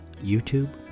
YouTube